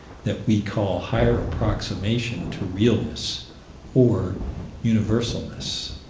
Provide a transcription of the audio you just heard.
that we call higher approximation to realness or universalness.